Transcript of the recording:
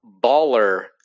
baller